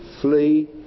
flee